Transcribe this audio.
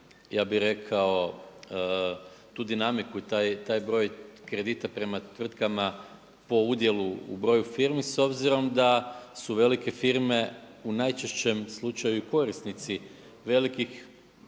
ja bih rekao, tu dinamiku i taj broj kredita prema tvrtkama po udjelu u broju firmu s obzirom da su velike firme u najčešćem slučaju i korisnici velikih